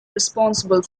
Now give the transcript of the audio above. responsible